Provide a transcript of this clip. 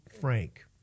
Frank